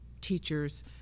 teachers